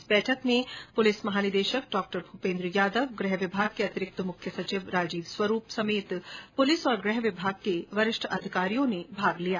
इस बैठक में पुलिस महानिदेशक डॉ भूपेन्द्र यादव गृह विभाग के अतिरिक्त मुख्य सचिव राजीव स्वरूप समेत पुलिस और गृह विभाग के वरिष्ठ अधिकारियों ने भाग लिया